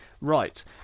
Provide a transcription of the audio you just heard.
right